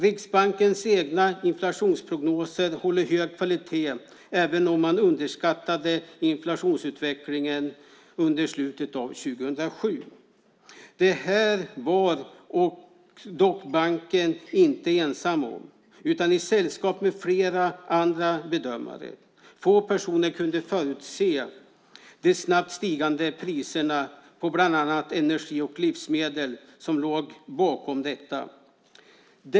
Riksbankens egna inflationsprognoser håller hög kvalitet även om man underskattade inflationsutvecklingen under slutet av 2007. Det här var banken dock inte ensam om, utan man var i sällskap med de flesta andra bedömare. Få personer kunde förutse de snabbt stigande priserna på bland annat energi och livsmedel som låg bakom detta.